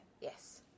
Yes